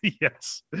Yes